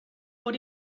por